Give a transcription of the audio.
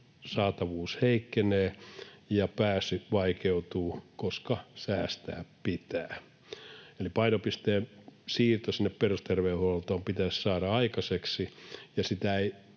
Saatavuus heikkenee ja pääsy vaikeutuu, koska säästää pitää. Eli painopisteen siirto sinne perusterveydenhuoltoon pitäisi saada aikaiseksi,